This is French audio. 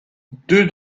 deux